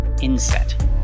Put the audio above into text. Inset